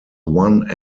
one